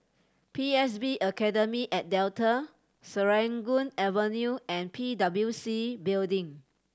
P S B Academy at Delta Serangoon Avenue and P W C Building